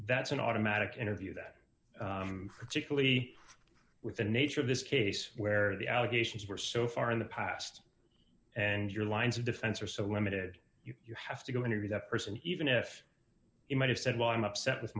that's an automatic interview that particularly with the nature of this case where the allegations were so far in the past and your lines of defense are so limited you have to go interview that person even if you might have said well i'm upset with